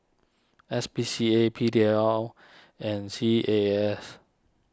S P C A P D L and C A A S